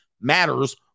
matters